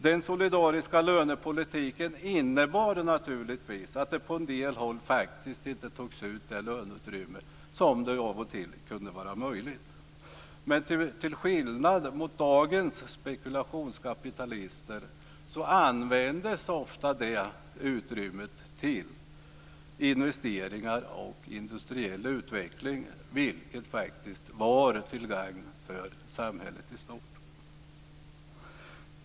Den solidariska lönepolitiken innebar naturligtvis att man på en del håll inte tog ut det löneutrymme som av och till kunde vara möjligt. Men till skillnad från dagens spekulationskapitalister använde man ofta det utrymmet till investeringar och industriell utveckling, vilket var till gagn för samhället i stort.